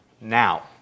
now